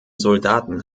soldaten